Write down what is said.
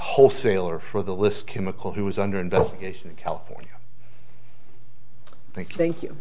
wholesaler for the list chemical who was under investigation in california thank you